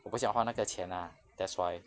我不想花那个钱 ah that's why